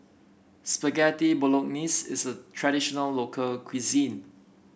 Spaghetti Bolognese is a traditional local cuisine